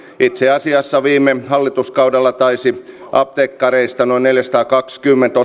itse asiassa viime hallituskaudella taisi osakeyhtiömuotoisissa apteekeissa noin neljäsataakaksikymmentä